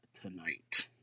tonight